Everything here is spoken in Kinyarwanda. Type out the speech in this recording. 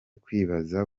kwibaza